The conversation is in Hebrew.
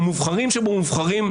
המובחרים שבמובחרים,